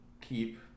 keep